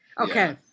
Okay